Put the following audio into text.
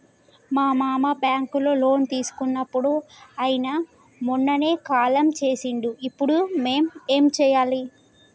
మా మామ బ్యాంక్ లో లోన్ తీసుకున్నడు అయిన మొన్ననే కాలం చేసిండు ఇప్పుడు మేం ఏం చేయాలి?